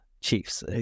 Chiefs